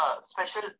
special